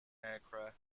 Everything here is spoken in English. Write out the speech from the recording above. aircraft